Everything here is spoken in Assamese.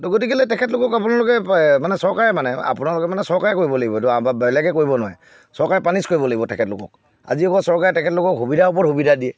ত' গতিকেলৈ তেখেতলোকক আপোনালোকে মানে চৰকাৰে মানে আপোনালোকে মানে চৰকাৰে কৰিব লাগিব এইটো বা বেলেগে কৰিব নোৱাৰে চৰকাৰে পানিছ কৰিব লাগিব তেখেতলোকক আজি আকৌ চৰকাৰে তেখেতলোকক সুবিধাৰ ওপৰত সুবিধা দিয়ে